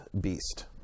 beast